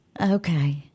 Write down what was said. Okay